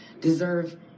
deserve